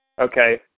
Okay